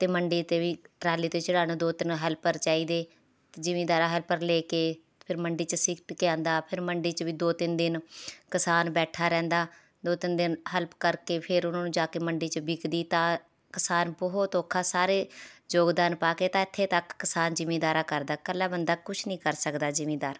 ਅਤੇ ਮੰਡੀ 'ਤੇ ਵੀ ਟਰਾਲੀ 'ਤੇ ਚੜ੍ਹਾਉਣਾ ਦੋ ਤਿੰਨ ਹੈਲਪਰ ਚਾਹੀਦੇ ਜ਼ਿਮੀਂਦਾਰਾਂ ਹੈਲਪਰ ਲੈ ਕੇ ਫਿਰ ਮੰਡੀ 'ਚ ਸੁੱਟ ਕੇ ਆਉਂਦਾ ਫਿਰ ਮੰਡੀ 'ਚ ਵੀ ਦੋ ਤਿੰਨ ਦਿਨ ਕਿਸਾਨ ਬੈਠਾ ਰਹਿੰਦਾ ਦੋ ਤਿੰਨ ਦਿਨ ਹੈਲਪ ਕਰਕੇ ਫਿਰ ਉਹਨਾਂ ਨੂੰ ਜਾ ਕੇ ਮੰਡੀ 'ਚ ਵਿਕਦੀ ਤਾਂ ਕਿਸਾਨ ਬਹੁਤ ਔਖਾ ਸਾਰੇ ਯੋਗਦਾਨ ਪਾ ਕੇ ਤਾਂ ਇੱਥੇ ਤੱਕ ਕਿਸਾਨ ਜ਼ਿਮੀਂਦਾਰਾਂ ਕਰਦਾ ਇਕੱਲਾ ਬੰਦਾ ਕੁਝ ਨਹੀਂ ਕਰ ਸਕਦਾ ਜ਼ਿਮੀਂਦਾਰ